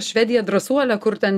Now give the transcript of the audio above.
švedija drąsuolė kur ten